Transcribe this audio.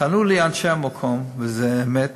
טענו אנשי המקום, וזה אמת,